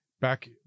back